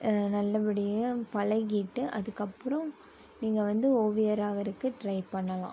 நல்லபடியாக பழகிட்டு அதுக்கப்புறோம் நீங்கள் வந்து ஓவியராகிறக்கு ட்ரை பண்ணலாம்